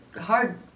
hard